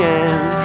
end